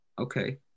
Okay